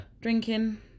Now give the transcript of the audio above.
Drinking